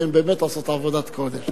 כי הן באמת עושות עבודת קודש.